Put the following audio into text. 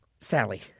Sally